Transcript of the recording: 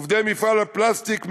עובדי מפעל הפלסטיק מהצפון,